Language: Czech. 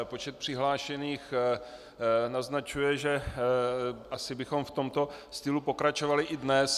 Počet přihlášených naznačuje, že bychom asi v tomto stylu pokračovali i dnes.